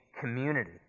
community